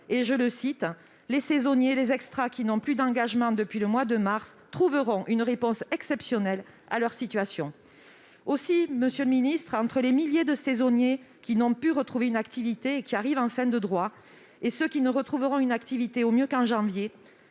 en ces termes :« Les saisonniers, les extras qui n'ont plus d'engagements depuis des mois [...] trouveront une réponse exceptionnelle à leur situation. »